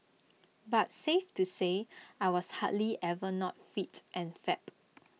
but safe to say I was hardly ever not fit and fab